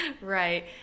Right